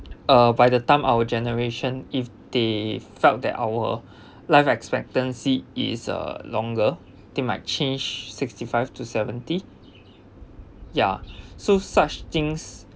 uh by the time our generation if they felt that our life expectancy is uh longer they might change sixty five to seventy ya so such things